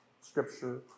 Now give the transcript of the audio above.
Scripture